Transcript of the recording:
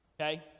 Okay